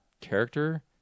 character